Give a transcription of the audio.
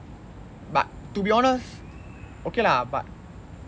but to be honest okay lah but